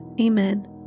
Amen